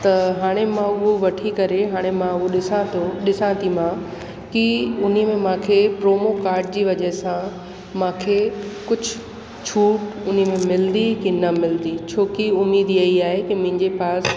त हाणे मां उहो वठी करे हाणे मां उहा ॾिसा थो ॾिसा थी मां कि उनी में मूंखे प्रोमो काड जी वजह सां मूंखे कुझु छूट उन में मिलंदी की न मिलंदी छोकी उमेद इआ ई आहे की मुंहिंजे पास